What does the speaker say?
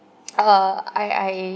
uh I I